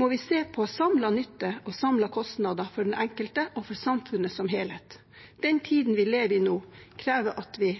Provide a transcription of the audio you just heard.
må vi se på samlet nytte og samlede kostnader for den enkelte og for samfunnet som helhet. Den tiden vi lever i nå, krever at vi